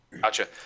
Gotcha